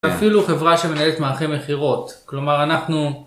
אפילו חברה שמנהלת מערכי מכירות, כלומר אנחנו